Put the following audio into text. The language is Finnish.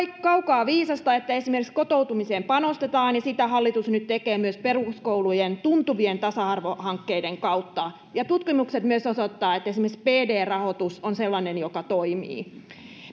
kaukaa viisasta että esimerkiksi kotoutumiseen panostetaan sitä hallitus nyt tekee myös peruskoulujen tuntuvien tasa arvohankkeiden kautta tutkimukset myös osoittavat että esimerkiksi pd rahoitus on sellainen joka toimii